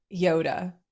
Yoda